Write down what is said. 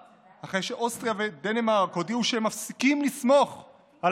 אחרי שבאוסטריה ובדנמרק הודיעו שהם מפסיקים לסמוך על